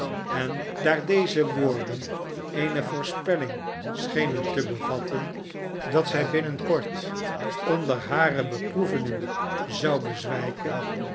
en daar deze woorden eene voorspelling schenen te bevatten dat zij binnen kort onder hare beproevingen zou bezwijken